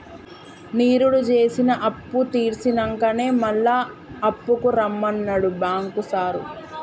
నిరుడు జేసిన అప్పుతీర్సినంకనే మళ్ల అప్పుకు రమ్మన్నడు బాంకు సారు